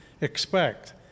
expect